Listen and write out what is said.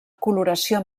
coloració